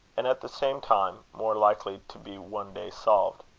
and, at the same time, more likely to be one day solved.